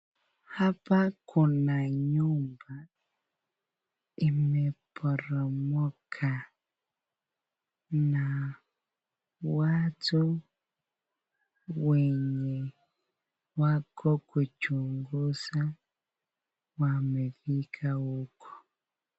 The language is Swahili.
Hapa kuna nyumba ineporomoka na watu wenye wako kuchunguza wamefika huku.